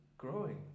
growing